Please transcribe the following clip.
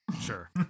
Sure